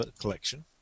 collection